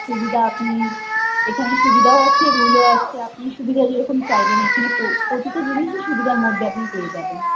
সুবিধা আপনি এখানে সুবিধাও আছে রুলও আছে আপনি সুবিধা যেরকম চাইবেন এখানে প্রতিটা জিনিসই সুবিধার মধ্যে আপনি পেয়ে যাবেন